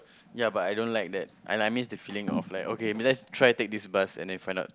yea but I don't like that and I miss the feeling of like okay let's try take this bus and then find out